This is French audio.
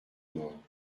morts